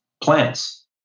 plants